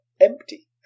empty